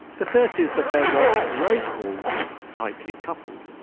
the first is that they're what perrow called tightly coupled.